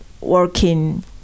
working